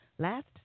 Last